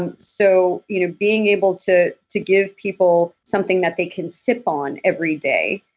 and so you know being able to to give people something that they can sip on every day,